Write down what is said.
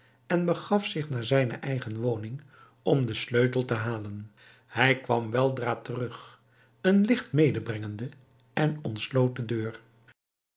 en begaf zich naar zijne eigen woning om den sleutel te halen hij kwam weldra terug een licht medebrengende en ontsloot de deur